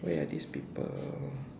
where are these people